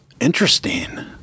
interesting